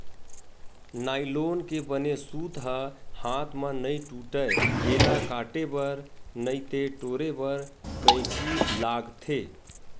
nylon के बने सूत ह हाथ म नइ टूटय, एला काटे बर नइते टोरे बर कइची लागथे